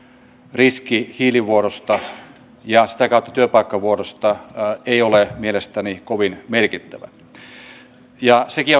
riski hiilivuodosta ja sitä kautta työpaikkavuodosta ei ole mielestäni kovin merkittävä sekin